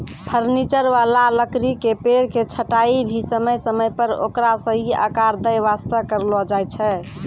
furniture वाला लकड़ी के पेड़ के छंटाई भी समय समय पर ओकरा सही आकार दै वास्तॅ करलो जाय छै